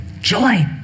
joy